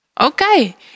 Okay